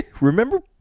Remember